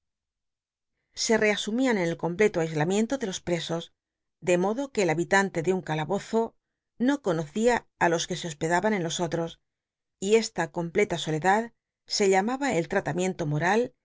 se reasumían en el completo aislamiento ele los pecsos de modo que el babilanl c de un calabozo no conocía los que se hospedaban en los otro y esta completa soledad se llamaba el trat lmicnto moral